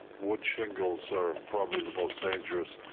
wood shingles are probably the most dangerous.